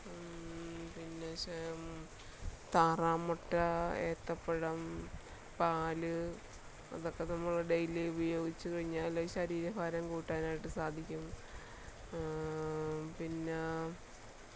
പിന്നെ താറാവ് മുട്ട ഏത്തപ്പഴം പാൽ അതൊക്കെ നമ്മൾ ഡെയ്ലി ഉപയോഗിച്ചു കഴിഞ്ഞാൽ ശരീര ഭാരം കൂട്ടാനായിട്ട് സാധിക്കും പിന്നെ